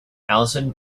alison